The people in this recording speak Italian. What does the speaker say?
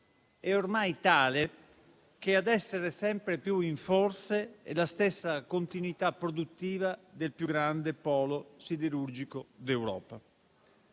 è ormai tale che a essere sempre più in forse è la stessa continuità produttiva del più grande polo siderurgico d'Europa.